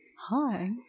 Hi